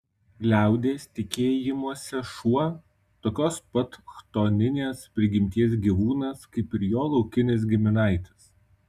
liaudies tikėjimuose šuo tokios pat chtoninės prigimties gyvūnas kaip ir jo laukinis giminaitis